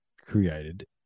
created